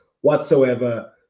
whatsoever